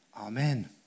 Amen